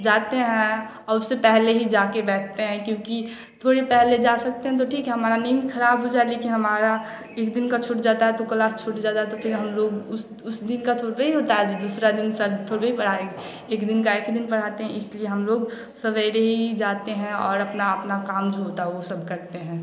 जाते हैं औ उससे पहले ही जाकर बैठते हैं हैं क्योंकि थोड़े पहले जा सकते हैं तो ठीक है हमारी नींद ख़राब हो जाए लेकिन हमारा एक दिन का छुट जाता है तो क्लास छुट जाता है तो फ़िर हम लोग उस उस दिन का थोड़बे ही होता है आज दूसरा दिन सर थोड़बे ही पढ़ाएँगे एक दिन का एक दिन पढ़ाते हैं इसलिए हम लोग सवेरे ही जाते हैं और अपना अपना काम जो होता है वह सब करते हैं